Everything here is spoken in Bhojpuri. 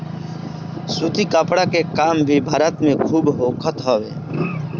सूती कपड़ा के काम भी भारत में खूब होखत हवे